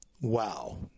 Wow